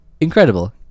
incredible